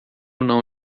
não